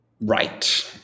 right